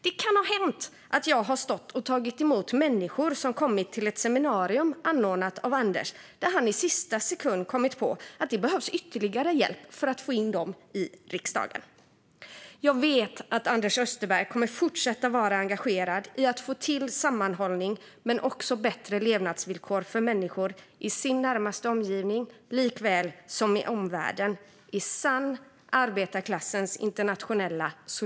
Det kan ha hänt att jag har stått och tagit emot människor som kommit till ett seminarium anordnat av Anders och att han i sista sekund kommit på att det behövs ytterligare hjälp för att få in dem i riksdagen. Jag vet att Anders Österberg, i arbetarklassens internationella solidaritetsanda, kommer att fortsätta vara engagerad i att få till sammanhållning men också i att få till bättre levnadsvillkor för människor såväl i sin närmaste omgivning som i omvärlden.